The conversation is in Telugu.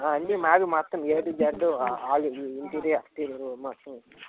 అన్నీ మావే మొత్తం A to Z all interior exterior మొత్తం